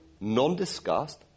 non-discussed